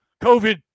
COVID